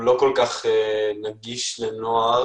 לא כל כך נגיש לנוער,